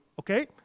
Okay